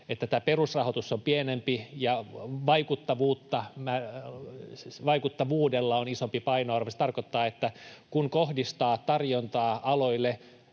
että perusrahoitus on pienempi ja vaikuttavuudella on isompi painoarvo, se tarkoittaa, että kun kohdistaa tarjontaa aloille,